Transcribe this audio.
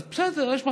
אז בסדר, יש מחזוריות.